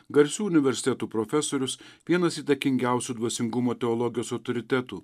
garsių universitetų profesorius vienas įtakingiausių dvasingumo teologijos autoritetų